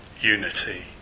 unity